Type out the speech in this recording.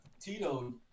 Tito